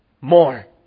more